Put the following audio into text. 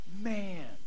Man